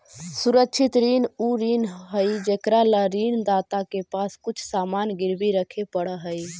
सुरक्षित ऋण उ ऋण हइ जेकरा ला ऋण दाता के पास कुछ सामान गिरवी रखे पड़ऽ हइ